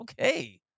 okay